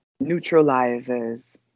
neutralizes